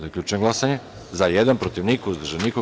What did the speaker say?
Zaključujem glasanje: za – jedan, protiv – niko, uzdržanih – nema.